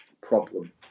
problem